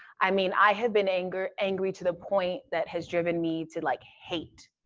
i mean, i have been angry angry to the point that has driven me to, like, hate.